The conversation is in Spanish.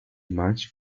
match